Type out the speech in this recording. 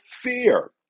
fear